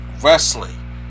wrestling